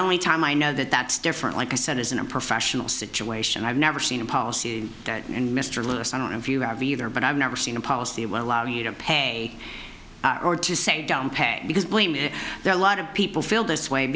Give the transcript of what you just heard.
only time i know that that's different like i said is in a professional situation i've never seen a policy and mr lewis i don't know if you have either but i've never seen a policy will allow you to pay or to say don't pay because blame is there a lot of people feel this way